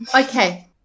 Okay